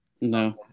no